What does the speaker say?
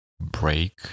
break